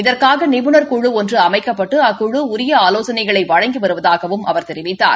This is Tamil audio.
இதற்காக நிபுணர் குழு ஒன்று அமைக்கப்பட்டு அக்குழு உரிய ஆலோசனைகளை வழங்கி வருவதாகவும் அவர் தெரிவித்தார்